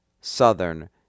Southern